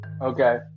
okay